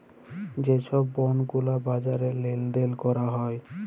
যে ছব বল্ড গুলা বাজারে লেল দেল ক্যরা হ্যয়